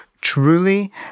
truly